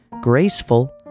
graceful